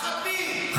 הרפיסות שלך,